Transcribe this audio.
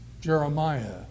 Jeremiah